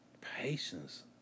patience